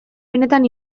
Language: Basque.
benetan